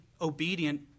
obedient